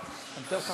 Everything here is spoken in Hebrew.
הכבוד, יישר